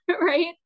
right